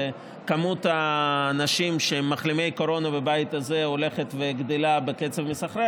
וכמות האנשים שהם מחלימי קורונה בבית הזה הולכת וגדלה בקצב מסחרר,